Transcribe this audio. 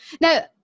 Now